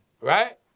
Right